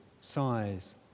size